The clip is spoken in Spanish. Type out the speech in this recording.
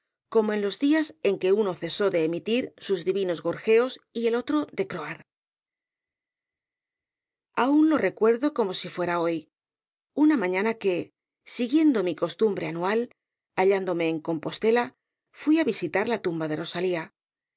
como en los epílogo sentimental días que uno cesó de emitir sus divinos gorjeos y el otro de croar aun lo recuerdo como si fuera hoy una mañana que siguiendo mi costumbre anual hallándome en compostela fui á visitar la tumba de rosalía